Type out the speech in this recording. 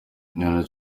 abantu